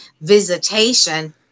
visitation